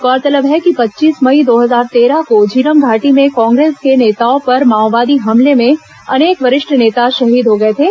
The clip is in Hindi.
गौरतलब है कि पच्चीस मई दो हजार तेरह को झीरम घाटी में कांग्रेस के नेताओं पर हुए माओवादी हमले में अनेक वरिष्ठ नेता शहीद हो गए थे